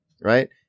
right